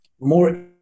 more